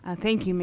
ah thank you,